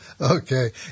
Okay